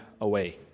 away